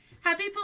Happy